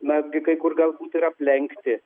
netgi kai kur galbūt ir aplenkti